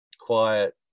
Quiet